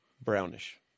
brownish